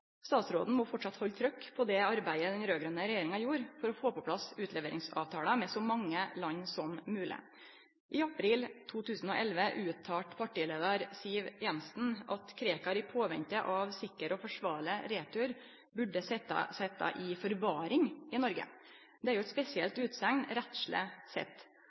Statsråden må framleis halde trykk på det arbeidet den raud-grøne regjeringa gjorde for å få på plass utleveringsavtalar med så mange land som mogleg. I april 2011 uttalte partileiar Siv Jensen at mulla Krekar i påvente av sikker og forsvarleg retur burde sitje i forvaring i Noreg. Det er ei spesiell utsegn rettsleg sett.